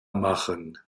machen